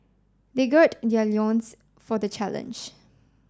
they gird their loins for the challenge